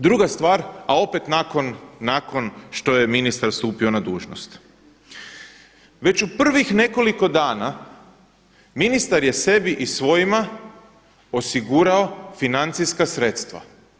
Druga stvar, a opet nakon što je ministar stupio na dužnost, već u prvih nekoliko dana ministar je sebi i svojima osigurao financijska sredstva.